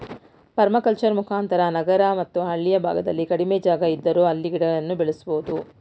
permaculture ಮುಖಾಂತರ ನಗರ ಮತ್ತು ಹಳ್ಳಿಯ ಭಾಗದಲ್ಲಿ ಕಡಿಮೆ ಜಾಗ ಇದ್ದರೂ ಅಲ್ಲಿ ಗಿಡಗಳನ್ನು ಬೆಳೆಸಬೋದು